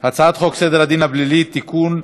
הצעת חוק סדר הדין הפלילי (תיקון,